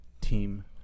team